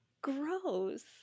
gross